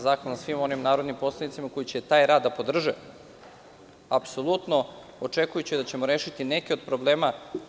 Zahvalan sam svim onim narodnim poslanicima koji će taj rad da podrže, apsolutno očekujući da ćemo rešiti neke od problema.